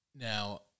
Now